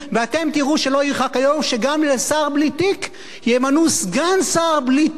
ואתם תראו שלא ירחק היום שגם לשר בלי תיק ימנו סגן שר בלי תיק